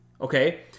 Okay